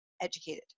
educated